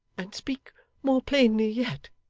and speak more plainly yet,